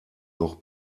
noch